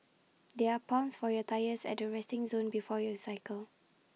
there are pumps for your tyres at the resting zone before you cycle